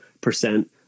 percent